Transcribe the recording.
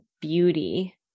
beauty